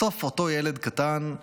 בסוף אותו ילד קטן,